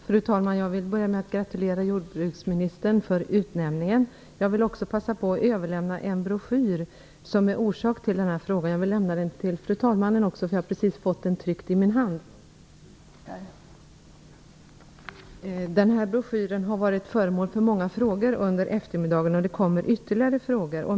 Fru talman! Jag vill börja med att gratulera jordbruksministern till utnämningen. Jag vill också passa på att till jordbruksministern överlämna en broschyr, den broschyr som är orsak till min fråga. Jag vill också lämna den till fru talmannen, eftersom jag precis har fått den i min hand. Den här broschyren har varit föremål för många frågor under eftermiddagen, och det kommer ytterligare frågor.